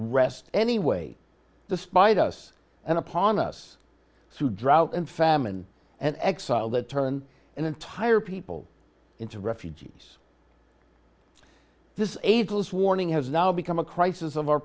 rest anyway the spite us and upon us through drought and famine and exile that turn an entire people into refugees this ageless warning has now become a crisis of our